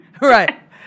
Right